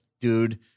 dude